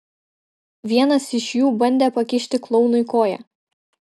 vienas iš jų bandė pakišti klounui koją